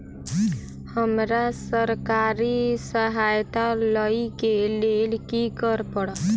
हमरा सरकारी सहायता लई केँ लेल की करऽ पड़त?